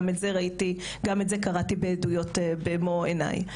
גם את זה קראתי בעדויות במו עיניי.